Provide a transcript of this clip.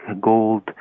gold